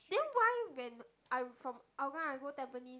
then why when I from Hougang I go Tampines